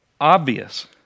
obvious